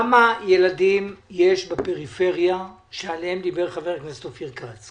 כמה ילדים יש בפריפריה שעליהם דיבר חבר הכנסת אופיר כץ.